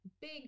Big